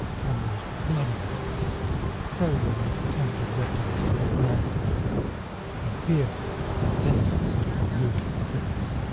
from those bloody hands throw your mistemper'd weapons to the ground and hear the sentence of your moved prince